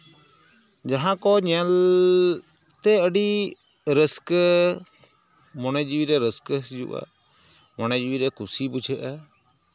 ᱡᱟᱦᱟᱸ ᱠᱚ ᱧᱮᱞᱛᱮ ᱟᱹᱰᱤ ᱨᱟᱹᱥᱠᱟᱹ ᱢᱚᱱᱮ ᱡᱤᱣᱤ ᱨᱮ ᱨᱟᱹᱥᱠᱟᱹ ᱦᱤᱡᱩᱜᱼᱟ ᱢᱚᱱᱮ ᱡᱤᱣᱤ ᱨᱮ ᱠᱩᱥᱤ ᱵᱩᱡᱷᱟᱹᱜᱼᱟ